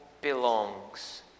belongs